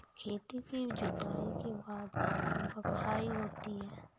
खेती की जुताई के बाद बख्राई होती हैं?